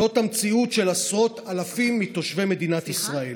זאת המציאות של עשרות אלפים מתושבי מדינת ישראל,